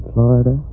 Florida